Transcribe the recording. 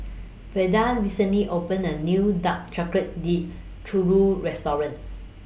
Velda recently opened A New Dark Chocolate Dipped Churro Restaurant